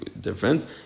difference